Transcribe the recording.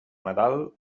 nadal